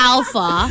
Alpha